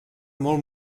molt